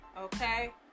okay